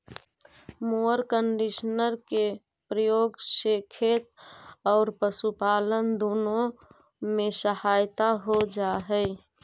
mower conditioner के प्रयोग से खेत औउर पशुपालन दुनो में सहायता हो जा हई